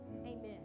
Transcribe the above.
amen